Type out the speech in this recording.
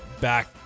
back